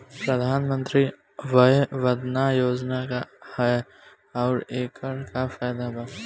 प्रधानमंत्री वय वन्दना योजना का ह आउर एकर का फायदा बा?